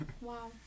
Wow